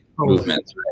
movements